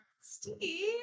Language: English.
Steve